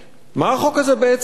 מה החוק הזה בעצם אומר?